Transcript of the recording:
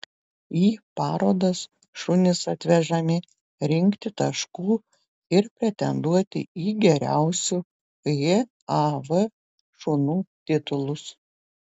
į parodas šunys atvežami rinkti taškų ir pretenduoti į geriausių jav šunų titulus